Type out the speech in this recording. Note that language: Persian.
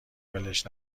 ولش